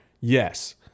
yes